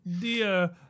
dear